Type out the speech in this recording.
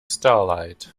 starlight